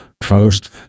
First